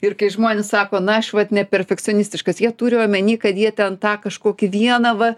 ir kai žmonės sako na aš vat neperfekcionistiškas jie turi omeny kad jie ten tą kažkokį vieną va